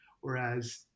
whereas